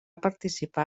participar